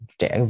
trẻ